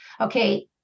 Okay